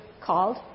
called